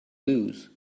lose